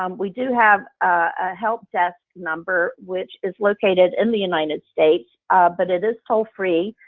um we do have a help desk number which is located in the united states but it is toll free.